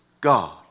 God